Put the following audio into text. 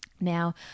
Now